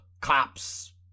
cops